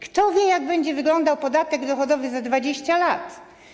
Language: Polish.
Kto wie, jak będzie wyglądał podatek dochodowy za 20 lat?